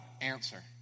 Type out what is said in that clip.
answer